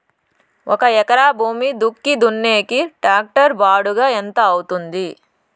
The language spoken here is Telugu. ఒక ఎకరా భూమి దుక్కి దున్నేకి టాక్టర్ బాడుగ ఎంత అవుతుంది?